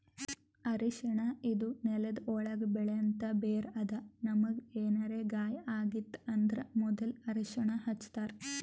ಅರ್ಷಿಣ ಇದು ನೆಲ್ದ ಒಳ್ಗ್ ಬೆಳೆಂಥ ಬೇರ್ ಅದಾ ನಮ್ಗ್ ಏನರೆ ಗಾಯ ಆಗಿತ್ತ್ ಅಂದ್ರ ಮೊದ್ಲ ಅರ್ಷಿಣ ಹಚ್ತಾರ್